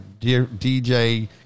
DJ